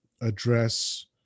address